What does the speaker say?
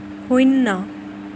শূন্য